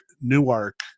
newark